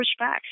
pushback